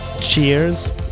cheers